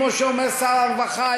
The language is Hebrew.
כמו שאומר שר הרווחה,